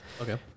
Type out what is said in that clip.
Okay